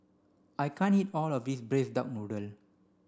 I can't eat all of this braised duck noodle